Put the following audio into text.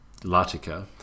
Latika